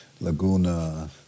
Laguna